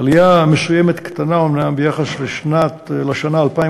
עלייה מסוימת, קטנה אומנם, ביחס לשנת 2012,